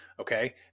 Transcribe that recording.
Okay